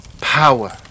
Power